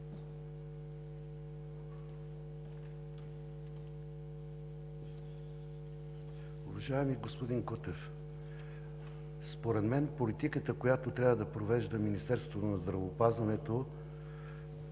Уважаеми господин Кутев, според мен политиката, която трябва да провежда Министерството на здравеопазването,